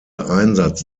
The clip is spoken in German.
einsatz